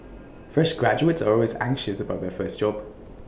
fresh graduates are always anxious about their first job